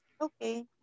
Okay